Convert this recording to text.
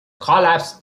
collapsed